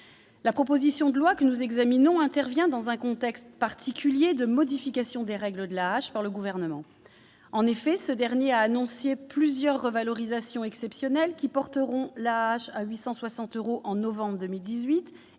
La proposition de loi que nous examinons intervient dans un contexte particulier de modification des règles de l'AAH par le Gouvernement. En effet, ce dernier a annoncé plusieurs revalorisations exceptionnelles, qui porteront l'AAH à 860 euros en novembre 2018